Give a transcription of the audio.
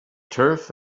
turf